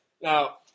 Now